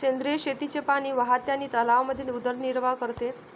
सेंद्रिय शेतीचे पाणी वाहते आणि तलावांमध्ये उदरनिर्वाह करते